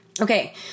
Okay